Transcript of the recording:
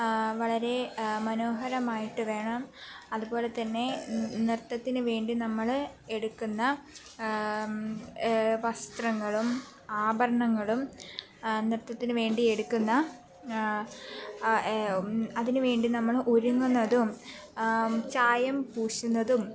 വളരെ മനോഹരമായിട്ട് വേണം അതുപോലെ തന്നെ നൃത്തത്തിന് വേണ്ടി നമ്മൾ എടുക്കുന്ന വസ്ത്രങ്ങളും ആഭരണങ്ങളും നൃത്തത്തിന് വേണ്ടി എടുക്കുന്ന അതിന് വേണ്ടി നമ്മൾ ഒരുങ്ങുന്നതും ചായം പൂശുന്നതും